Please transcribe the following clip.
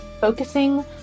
focusing